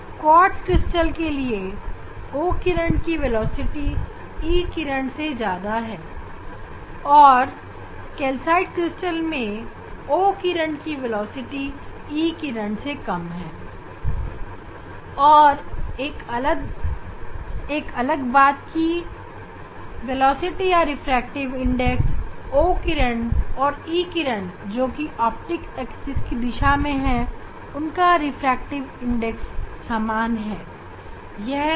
quartz crystal के लिए O किरण की वेलोसिटी E किरण से ज्यादा है पर कैल्साइट क्रिस्टल मैं O किरण की वेलोसिटी E किरण से कम है और ऑप्टेक्स एक्सिस के दिशा में O किरण और E किरण की वेलोसिटी या रिफ्रैक्टिव इंडेक्स समान है